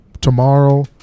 tomorrow